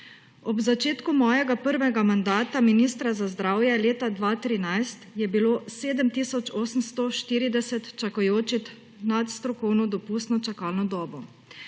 »Ob začetku mojega prvega mandata ministra za zdravje leta 2013 je bilo 7 tisoč 840 čakajočih nad strokovno dopustno čakalno dobo.